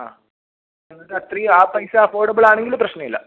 ആ എന്നുവെച്ചാൽ ത്രീ ആ പൈസ അഫോർഡബിൾ ആണെങ്കിൽ പ്രശ്നമില്ല